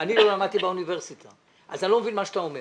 אני לא למדתי באוניברסיטה ולכן אני לא מבין מה אתה אומר.